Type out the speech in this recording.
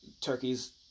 Turkey's